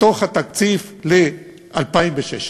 בתוך התקציב ל-2016: